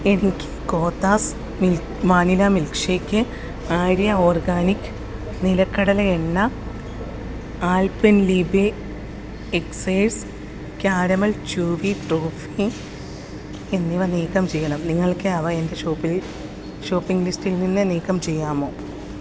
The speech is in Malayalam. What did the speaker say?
എനിക്ക് കോത്താസ് മിൽ vanilla milk shake Arya organic നിലക്കടല എണ്ണ Alpenliebe excess caramel chewy toffee എന്നിവ നീക്കം ചെയ്യണം നിങ്ങൾക്കെ അവ എന്റെ ഷോപ്പിൽ ഷോപ്പിംഗ് ലിസ്റ്റിൽ നിന്ന് നീക്കം ചെയ്യാമോ